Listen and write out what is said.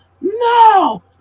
no